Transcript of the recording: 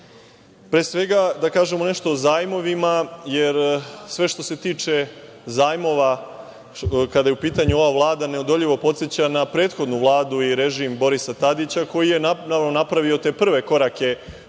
svega, da kažem nešto o zajmovima, jer sve što se tiče zajmova, kada je u pitanju ova Vlada, neodoljivo podseća na prethodnu Vladu i režim Borisa Tadića, koji je napravio te prve korake u